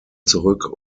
zurück